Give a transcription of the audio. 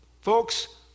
Folks